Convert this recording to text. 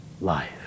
life